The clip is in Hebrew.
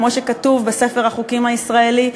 כמו שכתוב בספר החוקים הישראלי?